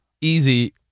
easy